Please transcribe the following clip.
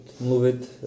mluvit